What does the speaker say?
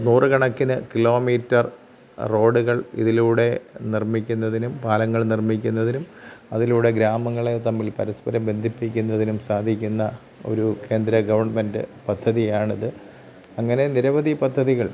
നൂറ് കണക്കിന് കിലോമീറ്റർ റോഡുകൾ ഇതിലൂടെ നിർമ്മിക്കുന്നതിനും പാലങ്ങൾ നിർമ്മിക്കുന്നതിനും അതിലൂടെ ഗ്രാമങ്ങളെ തമ്മിൽ പരസ്പരം ബന്ധിപ്പിക്കുന്നതിനും സാധിക്കുന്ന ഒരു കേന്ദ്ര ഗവണ്മെൻറ്റ് പദ്ധതിയാണിത് അങ്ങനെ നിരവധി പദ്ധതികൾ